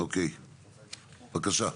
אוקיי, בבקשה.